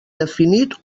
definit